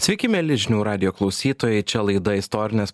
sveiki mieli žinių radijo klausytojai čia laida istorinės